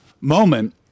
moment